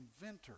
inventor